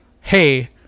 Hey